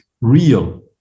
real